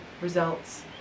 results